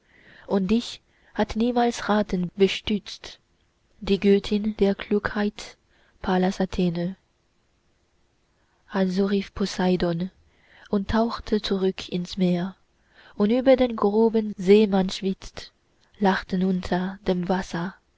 und dich hat niemals ratend beschützt die göttin der klugheit pallas athene also rief poseidon und tauchte zurück ins meer und über den groben seemannswitz lachten unter dem wasser